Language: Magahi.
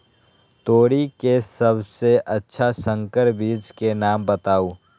तोरी के सबसे अच्छा संकर बीज के नाम बताऊ?